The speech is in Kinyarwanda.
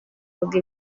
bavuga